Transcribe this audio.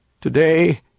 Today